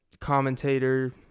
Commentator